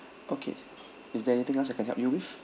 okay is there anything else I can help you with